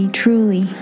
truly